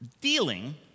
dealing